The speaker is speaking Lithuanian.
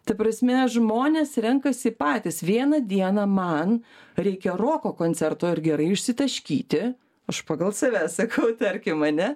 ta prasme žmonės renkasi patys vieną dieną man reikia roko koncerto ir gerai išsitaškyti aš pagal save sakau tarkim ar ne